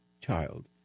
child